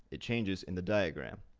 it changes in the diagram.